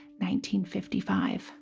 1955